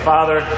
Father